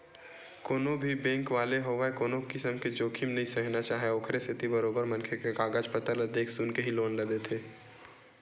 कोनो भी बेंक वाले होवय कोनो किसम के जोखिम नइ सहना चाहय ओखरे सेती बरोबर मनखे के कागज पतर ल देख सुनके ही लोन ल देथे